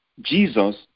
Jesus